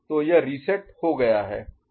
तो यह रीसेट हो गया है